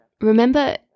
remember